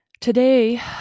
Today